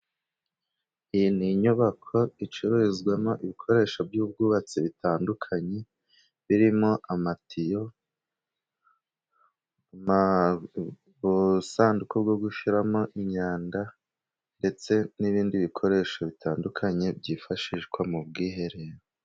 Iyi ni inyubako icururizwamo ibikoresho by'ubwubatsi bitandukanye, birimo amatiyo, ubusanduku bwo gushyiramo imyanda, ndetse n'ibindi bikoresho bitandukanye byifashishwa mu bwiherero.